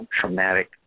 traumatic